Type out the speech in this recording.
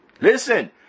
Listen